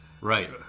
Right